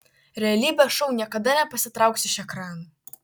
realybės šou niekada nepasitrauks iš ekranų